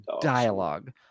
dialogue